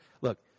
Look